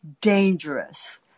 dangerous